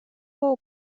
hoogu